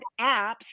apps